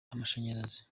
amashanyarazi